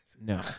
No